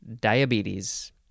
diabetes